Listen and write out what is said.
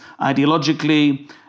ideologically